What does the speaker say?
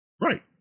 Right